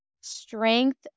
strength